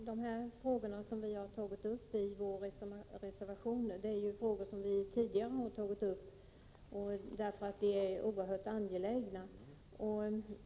Herr talman! De frågor som behandlas i vår reservation har vi tidigare tagit upp. De är oerhört angelägna.